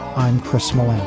on christmas